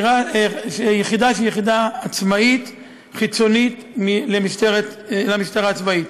היחידה היא יחידה עצמאית, חיצונית למשטרה הצבאית.